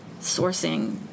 sourcing